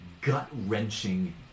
gut-wrenching